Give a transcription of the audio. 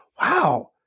wow